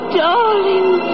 darling